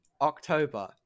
October